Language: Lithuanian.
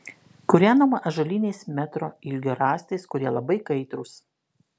kūrenama ąžuoliniais metro ilgio rąstais kurie labai kaitrūs